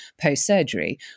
post-surgery